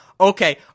Okay